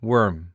Worm